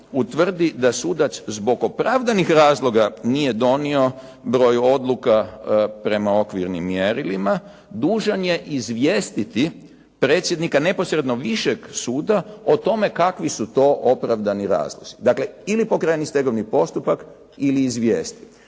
utvrdi da sudac zbog opravdanih razloga nije donio broj odluka prema okvirnim mjerilima, dužan je izvijestiti predsjednika neposredno višeg suda o tome kakvi su to opravdani razlozi. Dakle, ili pokreni stegovni postupak ili izvijesti.